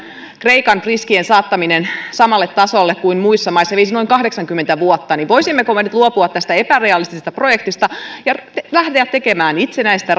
kreikan riskien saattaminen samalle tasolle kuin muissa maissa veisi noin kahdeksankymmentä vuotta voisimmeko me nyt luopua tästä epärealistisesta projektista ja lähteä tekemään itsenäistä